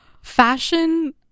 fashion